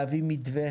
להביא מתווה